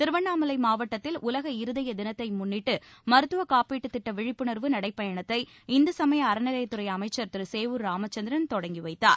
திருவண்ணாமலை மாவட்டத்தில் உலக இருதய தினத்தை முன்னிட்டு மருத்துவக் காப்பீட்டு திட்ட விழிப்புணர்வு நடைப்பயணத்தை இந்து சமய அறநிலையத்துறை அமைச்சர் திரு சேவூர் ராமச்சந்திரன் தொடங்கி வைத்தார்